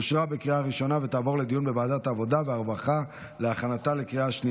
לוועדת העבודה והרווחה נתקבלה.